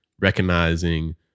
recognizing